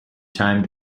time